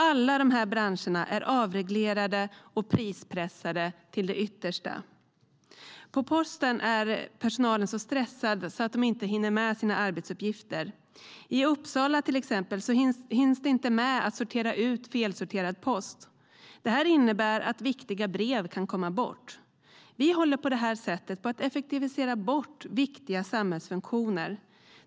Alla dessa branscher är avreglerade och prispressade till det yttersta. På posten är personalen så stressad att man inte hinner med sina arbetsuppgifter. I till exempel Uppsala hinns det inte med att sortera ut felsorterad post. Detta innebär att viktiga brev kan komma bort. Vi håller på detta sätt på att effektivisera bort viktiga samhällsfunktioner.